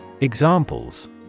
Examples